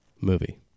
Movie